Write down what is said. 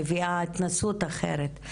מביאה התנסות אחרת,